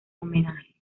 homenaje